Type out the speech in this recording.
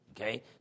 Okay